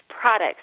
products